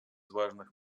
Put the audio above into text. важных